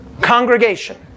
congregation